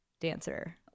dancer